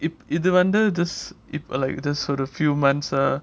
இது வந்து:ithu vanthu this i~ like this sort of few months ah